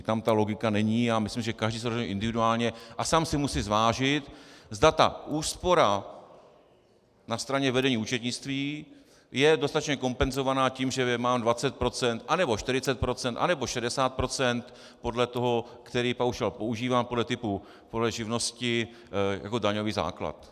Tam ta logika není a myslím, že každý se rozhodne individuálně a sám si musí zvážit, zda úspora na straně vedení účetnictví je dostatečně kompenzovaná tím, že mám 20 %, anebo 40 %, anebo 60 %, podle toho, který paušál používám, podle typu živnosti jako daňový základ.